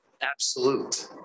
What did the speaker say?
absolute